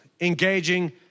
engaging